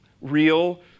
real